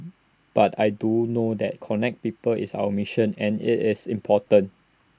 but I do know that connect people is our mission and IT is important